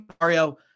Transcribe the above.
Mario